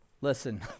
listen